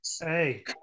Hey